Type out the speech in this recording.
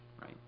right